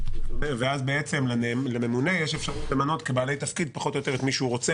ואז לממונה יש אפשרות למנות כבעלי תפקיד את מי שהוא רוצה,